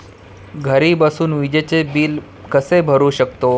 घरी बसून विजेचे बिल कसे भरू शकतो?